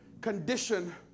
condition